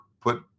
put